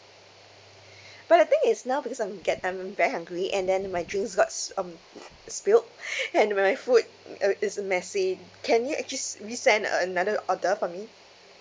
but I think it's now because I'm get I am very hungry and then my drinks got s~ um spilled and my food mm uh it's a messy can you actually s~ resend another order for me